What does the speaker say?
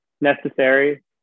necessary